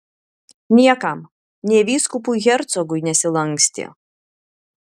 niekam nė vyskupui hercogui nesilankstė